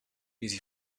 easy